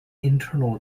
internal